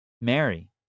Mary